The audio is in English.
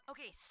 Okay